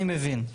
אני מבין.